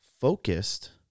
focused